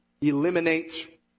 eliminate